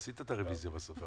עשית את הרביזיה בסוף,